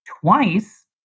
twice